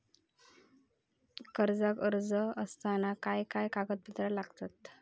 कर्जाक अर्ज करताना काय काय कागद लागतत?